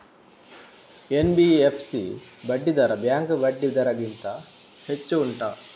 NBFC ಬಡ್ಡಿ ದರ bank ಬಡ್ಡಿ ದರ ಗಿಂತ ಹೆಚ್ಚು ಉಂಟಾ